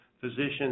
physicians